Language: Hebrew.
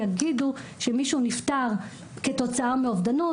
יגידו שמישהו נפטר כתוצאה מאובדנות,